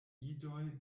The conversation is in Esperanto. idoj